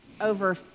over